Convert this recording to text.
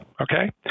okay